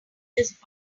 just